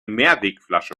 mehrwegflasche